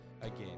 again